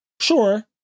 sure